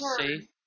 see